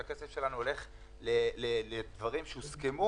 שהכסף שלנו הולך לדברים שהוסכמו,